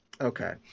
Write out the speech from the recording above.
Okay